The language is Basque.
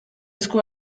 esku